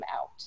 out